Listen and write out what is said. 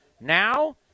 Now